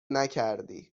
نکردی